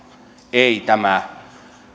ei tämä